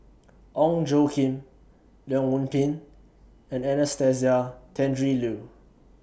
Ong Tjoe Kim Leong Yoon Pin and Anastasia Tjendri Liew